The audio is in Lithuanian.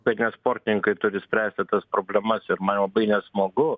tai ne sportininkai turi spręsti tas problemas ir man labai nesmagu